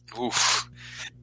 Oof